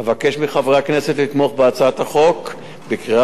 אבקש מחברי הכנסת לתמוך בהצעת החוק בקריאה